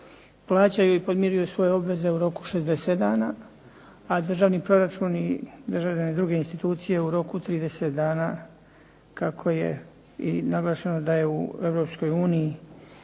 plaćaju i podmiruju svoje obveze u roku 60 dana, a državni proračun i državljani, druge institucije u roku od 30 dana kako je i naglašeno da je u Europskoj uniji